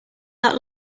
that